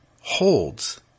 holds